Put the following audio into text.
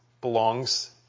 belongs